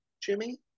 Jimmy